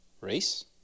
race